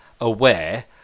aware